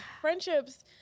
friendships